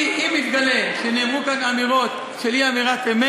אם מתגלה שנאמרו אמירות של אי-אמת,